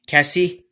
Cassie